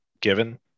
given